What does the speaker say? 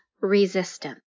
resistance